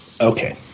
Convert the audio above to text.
okay